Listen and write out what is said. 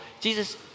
Jesus